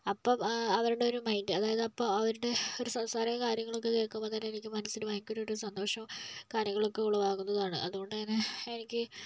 അപ്പോൾ അവരുടെ ഒരു മൈൻഡ് അതായത് അപ്പോൾ അവരുടെ സംസാരവും കാര്യങ്ങളൊക്കെ കേൾക്കുമ്പോൾ തന്നെ എനിക്ക് മനസ്സിന് ഭയങ്കര ഒരു സന്തോഷവും കാര്യങ്ങളൊക്കെ ഉളവാകുന്നതാണ് അതുകൊണ്ടു തന്നെ എനിക്ക്